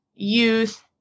Youth